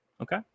Okay